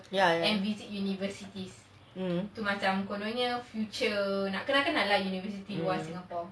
ya ya um